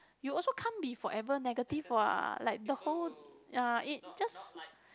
you also can't be forever negative what like the whole ya is just